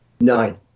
Nine